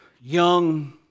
young